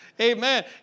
Amen